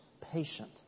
patient